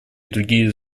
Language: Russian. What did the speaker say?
другие